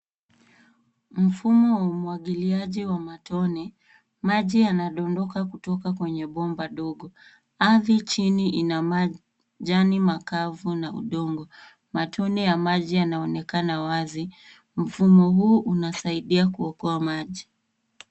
Mfumo wa umwagiliaji wa matone, maji yanadondoka kutoka kwenye bomba dogo. Ardhi chini ina majani makavu na udongo. Matone ya maji yanaonekana wazi. Mfumo huu unasaidia kuokoa maji.